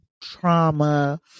trauma